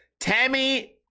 Tammy